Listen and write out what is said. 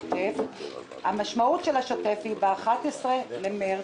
המשמעות של השוטף היא שב-11 במרץ,